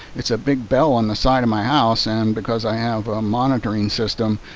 it's a big bell on the side of my house. and because i have a monitoring system.